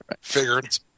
Figured